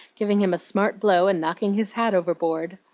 giving him a smart blow, and knocking his hat overboard.